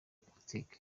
plastic